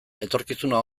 etorkizuna